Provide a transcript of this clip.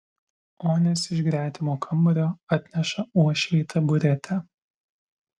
onis iš gretimo kambario atneša uošvei taburetę